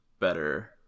better